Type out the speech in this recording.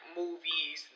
movies